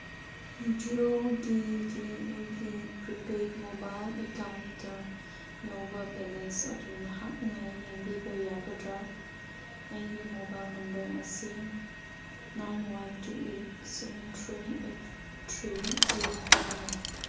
ꯖꯤꯌꯣꯒꯤ ꯀꯤ ꯑꯩꯒꯤ ꯄ꯭ꯔꯤꯄꯦꯠ ꯃꯣꯕꯥꯏꯜ ꯑꯦꯀꯥꯎꯟꯇ ꯌꯥꯎꯕ ꯕꯦꯂꯦꯟꯁ ꯑꯗꯨ ꯅꯍꯥꯛꯅ ꯌꯦꯡꯕꯤꯕ ꯌꯒꯗ꯭ꯔꯥ ꯑꯩꯒꯤ ꯃꯣꯕꯥꯏꯜ ꯅꯝꯕꯔ ꯑꯁꯤ nine one two eight seven three eight three zero ꯐꯣꯔꯅꯤ